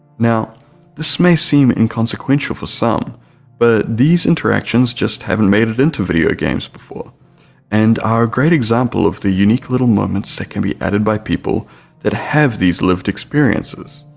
now this may seem inconsequential for some but these interactions just haven't made it into video games before and are a great example of the unique little moments that can be added by people that have these lived experiences.